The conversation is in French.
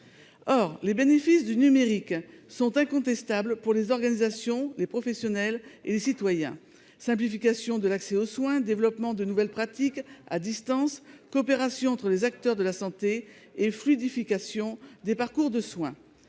Or les bénéfices du numérique sont incontestables pour les organisations, les professionnels et les citoyens : simplification de l'accès aux soins, développement de nouvelles pratiques à distance, coopération entre les acteurs de la santé et fluidification des parcours de soins.